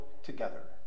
together